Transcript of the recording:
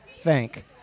thank